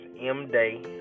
M-Day